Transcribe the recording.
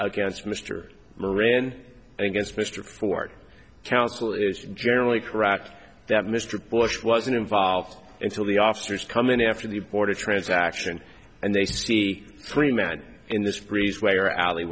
against mr moran against mr ford counsel is generally correct that mr bush wasn't involved until the officers come in after the border transaction and they see three men in this freeze where alley